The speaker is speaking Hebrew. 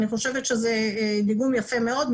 ואני חושבת שזה דיגום יפה מאוד,